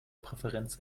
präferenz